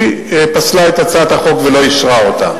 פסלה את הצעת החוק ולא אישרה אותה.